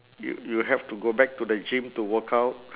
y~ you have to go back to the gym to work out